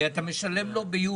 הרי אתה משלם לו ביולי.